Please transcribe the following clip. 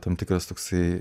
tam tikras toksai